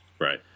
Right